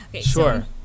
Sure